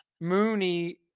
Mooney